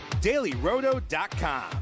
dailyroto.com